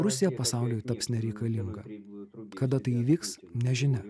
rusija pasauliui taps nereikalinga kada tai įvyks nežinia